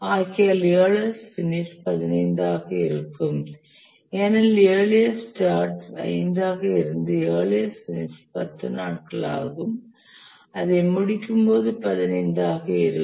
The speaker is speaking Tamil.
ஆகையால் இயர்லியஸ்ட் பினிஷ் 15 ஆக இருக்கும் ஏனெனில் இயர்லியஸ்ட் ஸ்டார்ட் 5 ஆக இருந்தது இயர்லியஸ்ட் பினிஷ் 10 நாட்கள் ஆகும் அதை முடிக்கும்போது 15 ஆக இருக்கும்